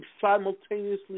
simultaneously